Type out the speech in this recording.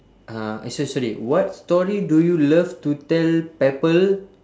uh eh so~ sorry what story do you love to tell people